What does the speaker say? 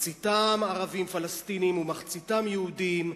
מחציתם ערבים פלסטינים ומחציתם יהודים,